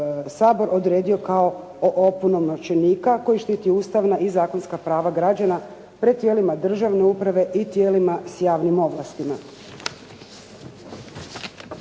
odredio kao opunomoćenika koji štiti ustavna i zakonska prava građana pred tijelima državne uprave i tijelima s javnim ovlastima.